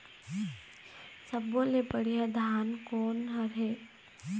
सब्बो ले बढ़िया धान कोन हर हे?